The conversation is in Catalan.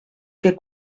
que